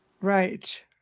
Right